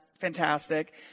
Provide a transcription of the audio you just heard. fantastic